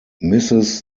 mrs